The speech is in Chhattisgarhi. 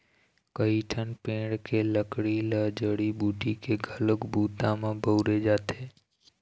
कइठन पेड़ के लकड़ी ल जड़ी बूटी के घलोक बूता म बउरे जाथे